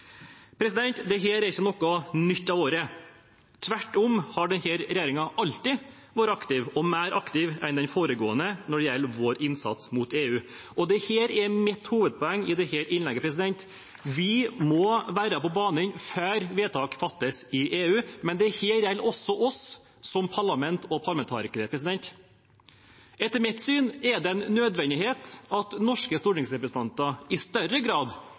er ikke noe nytt av året. Tvert om har denne regjeringen alltid vært aktiv, og mer aktiv enn den foregående, når det gjelder vår innsats mot EU. Dette er mitt hovedpoeng i dette innlegget – vi må være på banen før vedtak fattes i EU, men det gjelder også oss som parlament og parlamentarikere. Etter mitt syn er det en nødvendighet at norske stortingsrepresentanter i større grad